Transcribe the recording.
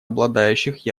обладающих